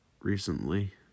recently